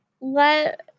Let